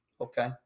okay